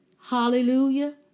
Hallelujah